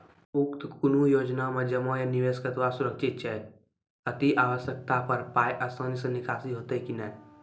उक्त कुनू योजना मे जमा या निवेश कतवा सुरक्षित छै? अति आवश्यकता पर पाय आसानी सॅ निकासी हेतै की नै?